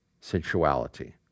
sensuality